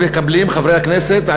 חברי הכנסת,